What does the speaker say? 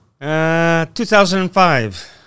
2005